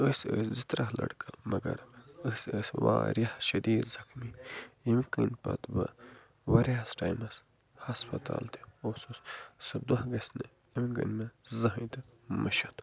أسۍ ٲسۍ زٕ ترٛےٚ لڑکہٕ مگر أسۍ ٲسۍ وارِیاہ شَدیٖد زخمی ییٚمہِ کِنۍ پتہٕ بہٕ وارِیاہس ٹایمس ہسپَتال تہِ اوسُس سُہ دۄہ گژھہِ نہٕ اَمہِ کِنۍ مےٚ زٕہٕنۍ تہِ مٔشِتھ